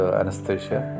anesthesia